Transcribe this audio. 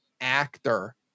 actor